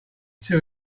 two